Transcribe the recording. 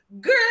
girl